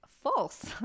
false